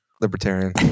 Libertarian